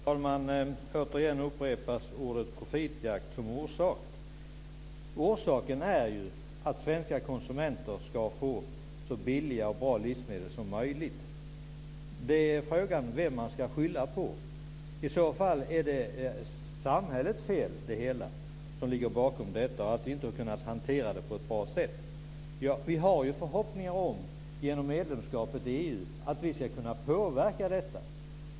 Fru talman! Återigen upprepas ordet profitjakt som orsak. Orsaken är ju att svenska konsumenter ska få så billiga och bra livsmedel som möjligt. Frågan är vem som man ska skylla på. I så fall är det samhällets fel som ligger bakom detta och att vi inte har kunnat hantera det på ett bra sätt. Genom medlemskapet i EU har vi ju förhoppningar om att vi ska kunna påverka detta.